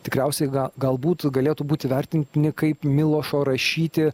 tikriausiai galbūt galėtų būti vertintini kaip milošo rašyti